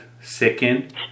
second